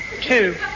Two